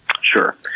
Sure